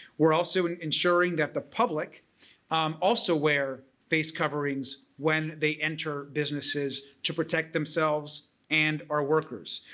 we're also and ensuring that the public also wear face coverings when they enter businesses to protect themselves and our workers.